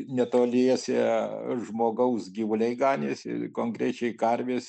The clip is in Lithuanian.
netoliese žmogaus gyvuliai ganėsi ir konkrečiai karvės